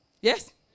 yes